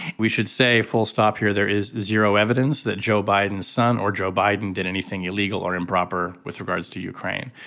we should say full stop here. there is zero evidence that joe biden's son or joe biden did anything illegal or improper with regards to ukraine.